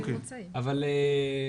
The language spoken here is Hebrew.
אבל --- כן,